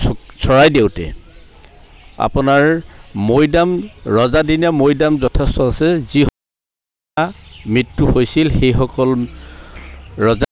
চৰাইদেউতে আপোনাৰ মৈদাম ৰজাদিনীয়া মৈদাম যথেষ্ট আছে যি মৃত্যু হৈছিল সেইসকল ৰজা